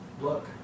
look